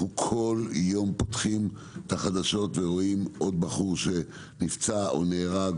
אנו כל יום פותחים את החדשות ורואים עוד בחור שנפצע או נהרג,